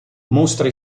mostra